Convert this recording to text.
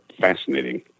fascinating